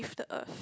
the eart